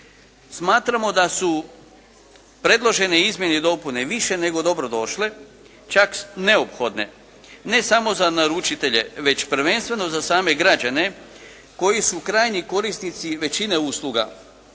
Smatramo da su predložene izmjene i dopune i više nego dobro došle, čak neophodne ne samo za naručitelje već prvenstveno za same građane koji su krajnji korisnici i većine usluga